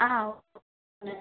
ఆ